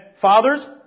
Fathers